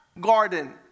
garden